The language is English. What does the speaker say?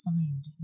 find